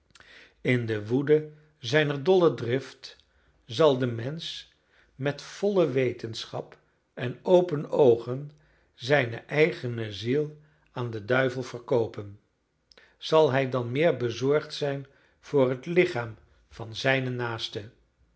in de woede zijner dolle drift zal de mensch met volle wetenschap en open oogen zijne eigene ziel aan den duivel verkoopen zal hij dan meer bezorgd zijn voor het lichaam van zijnen naaste